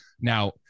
Now